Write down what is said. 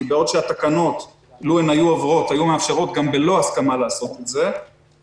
כי בעוד שהתקנות לוּ היו עוברות היו מאפשרות גם בלא הסכמה לעשות את זה,